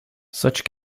such